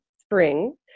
spring